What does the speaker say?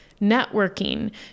networking